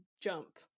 jump